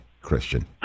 Christian